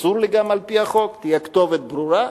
אסור לי גם, על-פי החוק, שתהיה כתובת ברורה.